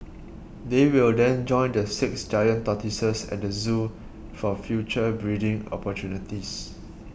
they will then join the six giant tortoises at the zoo for future breeding opportunities